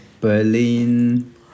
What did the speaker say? Berlin